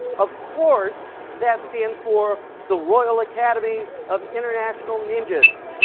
of course, that stands for the royal academy of international ninjas.